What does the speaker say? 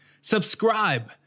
Subscribe